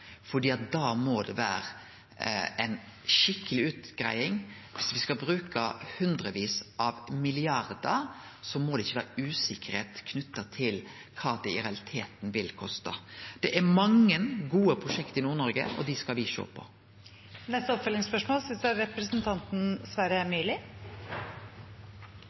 fordi da må det vere ei skikkeleg utgreiing. Skal me bruke hundrevis av milliardar kroner, må det ikkje vere usikkerheit knytt til kva det i realiteten vil koste. Det er mange gode prosjekt i Nord-Noreg, og dei skal me sjå på. Sverre Myrli – til oppfølgingsspørsmål.